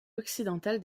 occidentale